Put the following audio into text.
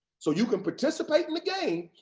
so you can participate in the game,